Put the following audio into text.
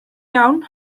iawn